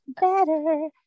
better